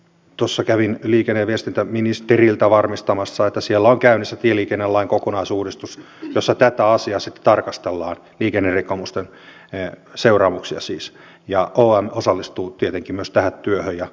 tuossa kävin liikenne ja viestintäministeriltä varmistamassa että siellä on käynnissä tieliikennelain kokonaisuudistus jossa tätä asiaa tarkastellaan liikennerikkomusten seuraamuksia siis ja om osallistuu tietenkin myös tähän työhön